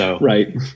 Right